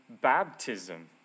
baptism